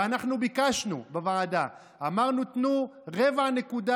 אנחנו ביקשנו בוועדה, אמרנו, תנו רבע נקודה.